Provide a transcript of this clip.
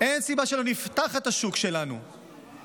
אין סיבה שלא נפתח את השוק שלנו לשיווק,